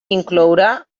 inclourà